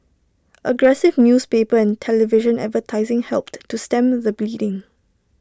aggressive newspaper and television advertising helped to stem the bleeding